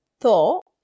thought